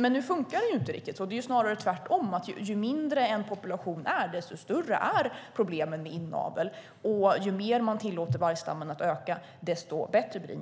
Men det funkar inte riktigt så. Det är snarare tvärtom - ju mindre en population är desto större är problemet med inavel. Ju mer man tillåter vargstammen att öka desto bättre blir det.